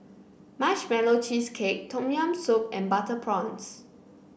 Marshmallow Cheesecake Tom Yam Soup and Butter Prawns